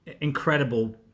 incredible